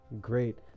great